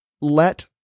let